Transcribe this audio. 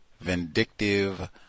Vindictive